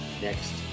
next